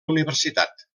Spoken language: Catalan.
universitat